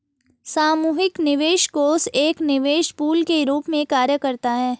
सामूहिक निवेश कोष एक निवेश पूल के रूप में कार्य करता है